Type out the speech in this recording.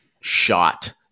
shot